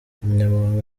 umunyamabanga